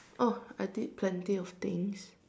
oh I did plenty of things